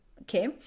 okay